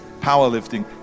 powerlifting